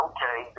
Okay